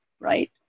right